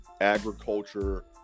agriculture